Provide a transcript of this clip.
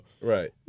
right